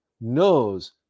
knows